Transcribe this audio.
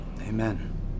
Amen